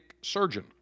surgeon